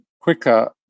quicker